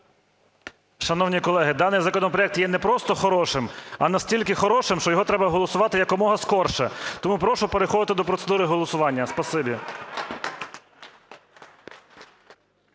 Шановні колеги, даний законопроект є не просто хорошим, а настільки хорошим, що його треба голосувати якомога скоріше. Тому прошу переходити до процедури голосування. Спасибі.